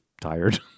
tired